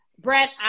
Brett